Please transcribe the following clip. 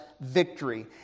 victory